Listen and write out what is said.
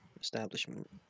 establishment